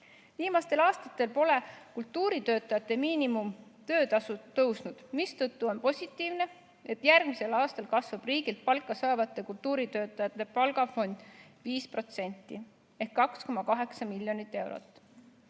Viimastel aastatel pole kultuuritöötajate miinimumtöötasu tõusnud, mistõttu on positiivne, et järgmisel aastal kasvab riigilt palka saavate kultuuritöötajate palgafond 5% ehk 2,8 miljonit eurot.